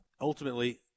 ultimately